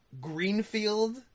Greenfield